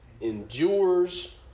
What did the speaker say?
endures